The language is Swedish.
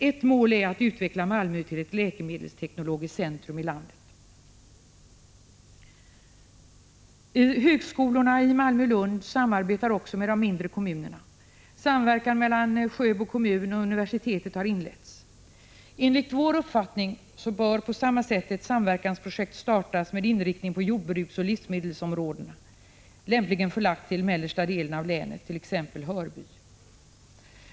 Ett mål är att utveckla Malmö till ett läkemedelsteknologiskt centrum i landet. Högskolorna i Malmö-Lund samarbetar också med de mindre kommunerna. Samverkan mellan Sjöbo kommun och universitetet har inletts. Enligt vår uppfattning bör på samma sätt ett samverkansprojekt startas med inriktning på jordbruksoch livsmedelsområdena, lämpligen förlagt till mellersta delen av länet, t.ex. Hörby.